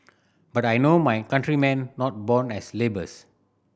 but I know my countrymen not born as labours